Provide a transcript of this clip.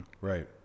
Right